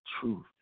truth